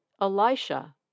Elisha